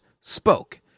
spoke